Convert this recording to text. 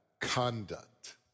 conduct